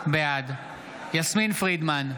בעד יסמין פרידמן,